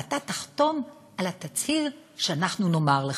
ואתה תחתום על התצהיר שאנחנו נאמר לך.